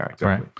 Right